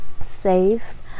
safe